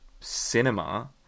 cinema